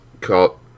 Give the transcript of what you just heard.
called